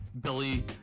billy